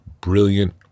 brilliant